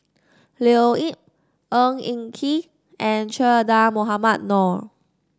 Leo Yip Ng Eng Kee and Che Dah Mohamed Noor